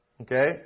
okay